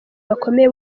bakomeye